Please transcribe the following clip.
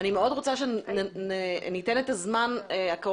ואני מאוד רוצה שניתן את הזמן הקרוב